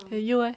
then you leh